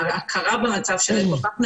וההכרה במצב שלהם כל כך נמוכה,